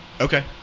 Okay